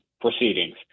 proceedings